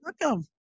welcome